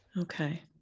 Okay